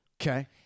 Okay